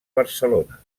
barcelona